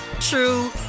true